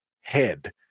head